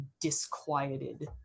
disquieted